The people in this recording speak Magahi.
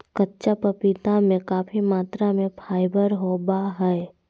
कच्चा पपीता में काफी मात्रा में फाइबर होबा हइ